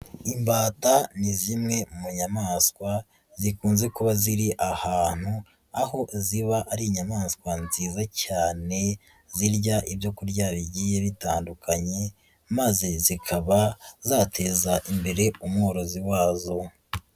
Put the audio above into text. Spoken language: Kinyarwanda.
Imbata ni zimwe mu nyamaswa zikunze kuba ziri ahantu, aho ziba ari inyamaswa nziza cyane, zirya ibyokurya bigiye bitandukanye, maze zikaba zateza imbere umworozi wazo.